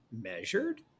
measured